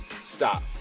stop